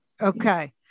Okay